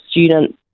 students